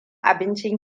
abincin